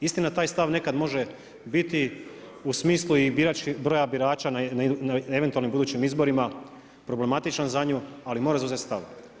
Istina taj stav nekad može biti u smislu i broja birača na eventualnim budućim izborima problematičan za nju, ali mora zauzeti stav.